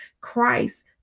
Christ